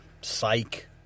Psych